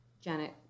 Janet